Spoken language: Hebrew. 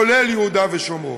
כולל יהודה ושומרון.